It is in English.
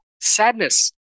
sadness